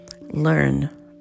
learn